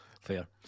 Fair